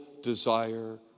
desire